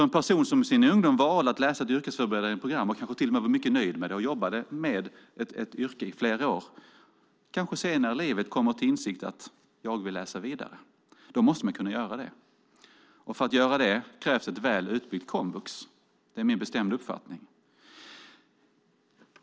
En person som i sin ungdom valde att läsa ett yrkesförberedande program, och kanske till och med var mycket nöjd med det och jobbade i ett yrke i flera år, kanske senare i livet kommer till insikt om att han eller hon vill läsa vidare. Då måste man kunna göra det, och för att göra det krävs ett väl utbyggt komvux. Det är min bestämda uppfattning.